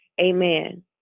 amen